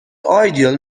ideal